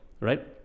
Right